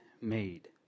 made